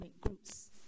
groups